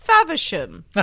faversham